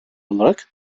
olarak